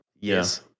Yes